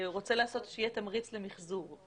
רוצה לגרום שיהיה תמריץ למיחזור.